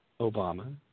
Obama